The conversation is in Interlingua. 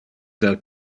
del